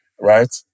right